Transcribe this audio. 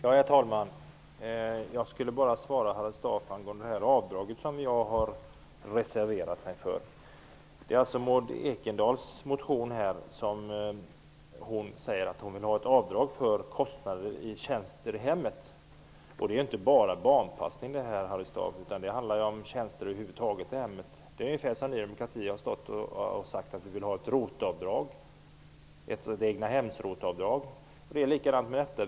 Herr talman! Jag skall svara Harry Staaf angående det avdrag som jag har reserverat mig för. Maud Ekendahl säger i sin motion att hon vill ha ett avdrag för kostnader för tjänster i hemmet. Det gäller inte bara barnpassning, Harry Staaf, utan det handlar om tjänster i hemmet över huvud taget. Vi i Ny demokrati har sagt att vi vill ha ett egnahems-ROT-avdrag. Det är likadant med detta.